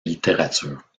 littérature